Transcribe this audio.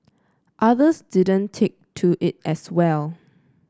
others didn't take to it as well